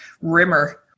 rimmer